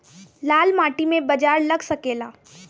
लाल माटी मे बाजरा लग सकेला?